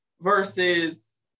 versus